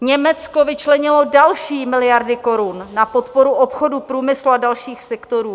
Německo vyčlenilo další miliardy korun na podporu obchodu, průmyslu a dalších sektorů.